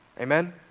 Amen